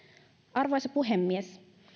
arvoisa puhemies